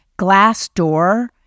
Glassdoor